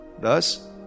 thus